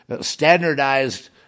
standardized